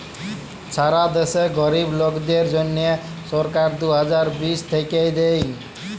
ছারা দ্যাশে গরীব লোকদের জ্যনহে সরকার দু হাজার বিশ থ্যাইকে দেই